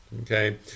Okay